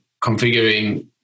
configuring